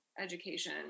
education